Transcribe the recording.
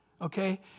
Okay